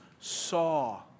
saw